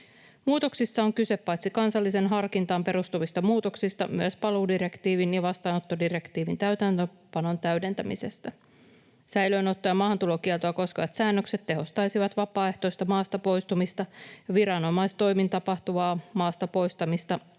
Muutoksissa on kyse paitsi kansalliseen harkintaan perustuvista muutoksista myös paluudirektiivin ja vastaanottodirektiivin täytäntöönpanon täydentämisestä. Säilöönottoa ja maahantulokieltoa koskevat säännökset tehostaisivat vapaaehtoista maasta poistumista ja viranomaistoimin tapahtuvaa maasta poistamista